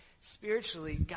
spiritually